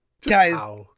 guys